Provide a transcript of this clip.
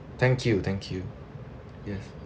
thank you thank you yes